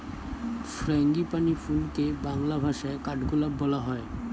frangipani ফুলকে বাংলা ভাষায় কাঠগোলাপ বলা হয়